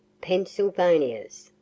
Pennsylvania's